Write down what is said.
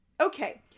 okay